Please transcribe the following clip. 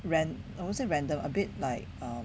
ran I won't say random a bit like err